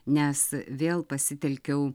nes vėl pasitelkiau